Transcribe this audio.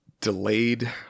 delayed